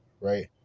right